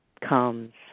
comes